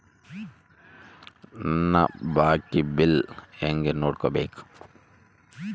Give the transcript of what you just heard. ನನ್ನ ಬಾಕಿ ಬಿಲ್ ಹೆಂಗ ನೋಡ್ಬೇಕು?